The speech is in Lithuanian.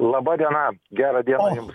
laba diena gerą dieną jums